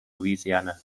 louisiana